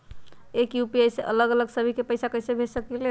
एक यू.पी.आई से अलग अलग सभी के पैसा कईसे भेज सकीले?